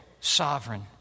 sovereign